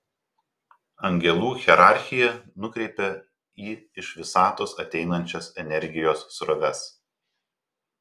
angelų hierarchija nukreipia į iš visatos ateinančias energijos sroves